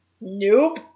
Nope